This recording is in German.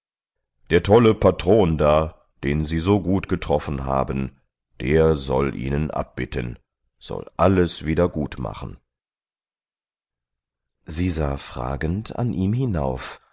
der tolle patron da den sie so gut getroffen haben der soll ihnen abbitten soll alles wieder gut machen sie sah fragend an ihm hinauf